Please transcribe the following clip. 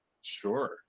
Sure